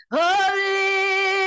holy